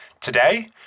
Today